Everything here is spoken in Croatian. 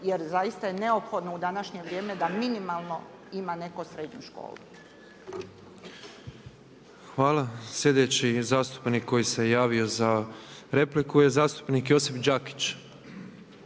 jer zaista je neophodno u današnje vrijeme da minimalno ima neko srednju školu. **Petrov, Božo (MOST)** Hvala. Sljedeći zastupnik koji se javio za repliku je zastupnik Josip Đakić.